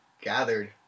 gathered